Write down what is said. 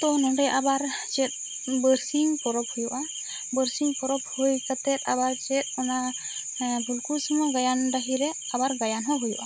ᱛᱚ ᱱᱚᱸᱰᱮ ᱟᱵᱟᱨ ᱪᱮᱫ ᱵᱟᱹᱨᱥᱤᱧ ᱯᱚᱨᱚᱵᱽ ᱦᱩᱭᱩᱜᱼᱟ ᱵᱟᱹᱨᱥᱤᱧ ᱯᱚᱨᱚᱵᱽ ᱦᱩᱭ ᱠᱟᱛᱮᱜ ᱟᱵᱟᱨ ᱪᱮᱫ ᱚᱱᱟ ᱯᱷᱩᱞᱠᱩᱥᱢᱟᱹ ᱜᱟᱭᱟᱱ ᱵᱟᱹᱦᱤ ᱨᱮ ᱟᱵᱟᱨ ᱜᱟᱭᱟᱱ ᱦᱚᱸ ᱦᱩᱭᱩᱜᱼᱟ